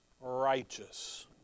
righteous